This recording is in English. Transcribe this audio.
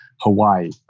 hawaii